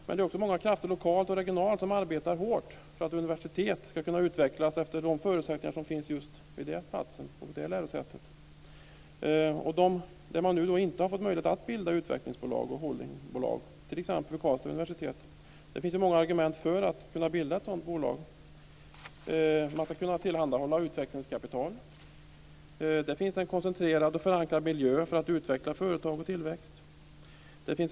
Men det är också många krafter lokalt och regionalt som arbetar hårt för att universitet ska kunna utvecklas efter de förutsättningar som finns just vid den platsen och det lärosätet, där man nu inte har fått möjlighet att bilda utvecklingsbolag och holdingbolag, t.ex. vid Karlstads universitet. Det finns många argument för att kunna bilda ett sådant bolag. Man skulle kunna tillhandahålla utvecklingskapital. Det finns en koncentrerad och förankrad miljö för att utveckla företag och tillväxt.